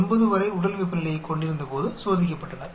9 வரை உடல் வெப்பநிலையைக் கொண்டிருந்தபோது சோதிக்கப்பட்டனர்